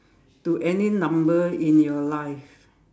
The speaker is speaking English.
to any number in your life